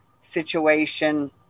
situation